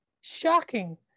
Shocking